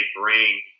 bring